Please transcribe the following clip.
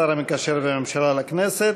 השר המקשר בין הממשלה לכנסת.